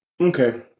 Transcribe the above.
Okay